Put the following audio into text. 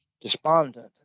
despondent